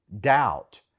doubt